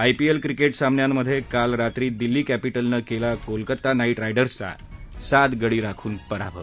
IPL क्रिक्टीसामन्यांमध्यक्राल रात्री दिल्ली कॅपीटलनं क्ला कोलकाता नाईट रायडर्सचा सात गडी राखून पराभव